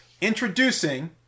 introducing